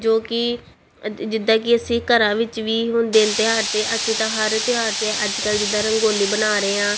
ਜੋ ਕਿ ਅ ਜਿੱਦਾਂ ਕਿ ਅਸੀਂ ਘਰਾਂ ਵਿੱਚ ਵੀ ਹੁਣ ਦਿਨ ਤਿਉਹਾਰ 'ਤੇ ਅਸੀਂ ਤਾਂ ਹਰ ਤਿਉਹਾਰ 'ਤੇ ਅੱਜ ਕੱਲ੍ਹ ਜਿੱਦਾਂ ਰੰਗੋਲੀ ਬਣਾ ਰਹੇ ਹਾਂ